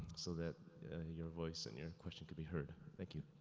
so that your voice and your question can be heard. thank you.